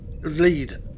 lead